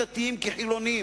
דתיים כחילונים,